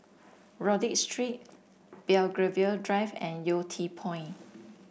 Rodyk Street Belgravia Drive and Yew Tee Point